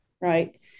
right